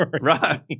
Right